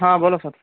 हां बोला सर